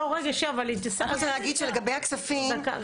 לגבי הכספים,